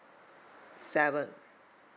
seven